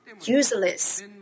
useless